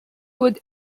would